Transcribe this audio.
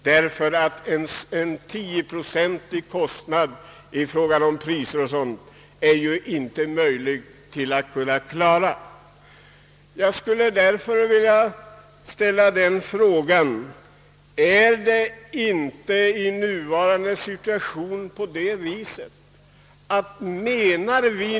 Det motsvarar kanske 10 procent på hans priser, och det kan han inte klara.